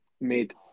made